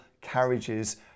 carriages